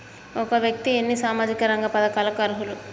ఒక వ్యక్తి ఎన్ని సామాజిక రంగ పథకాలకు అర్హులు?